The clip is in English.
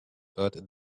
but